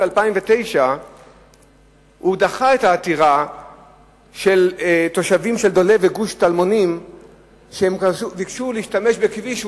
2009 את העתירה של תושבים של דולב וגוש-טלמונים שביקשו להשתמש בכביש,